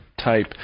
type